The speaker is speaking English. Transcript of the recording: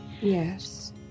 Yes